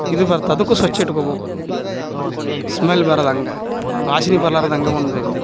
ಇದು ಬರ್ತೆ ಅದಕ್ಕೂ ಸ್ವಚ್ಛ ಇಟ್ಕೊಬೇಕು ಸ್ಮೆಲ್ ಬರೋದ್ ಹಂಗ ವಾಸ್ನೆ ಬರ್ಲಾರ್ದಂಗೆ ಒಂದು